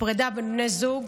לפרידה בין בני זוג,